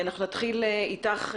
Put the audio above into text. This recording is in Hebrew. ונתחיל איתך,